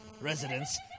residents